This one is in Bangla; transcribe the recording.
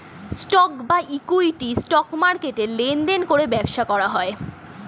স্টক বা ইক্যুইটি, স্টক মার্কেটে লেনদেন করে ব্যবসা করা হয়